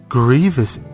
grievous